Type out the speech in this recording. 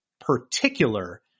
particular